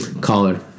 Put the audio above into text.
collar